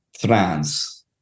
France